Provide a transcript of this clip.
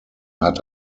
hat